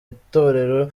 itorero